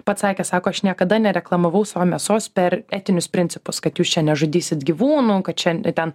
pasakė sako aš niekada nereklamavau savo mėsos per etinius principus kad jūs čia nežudysit gyvūnų kad šen ten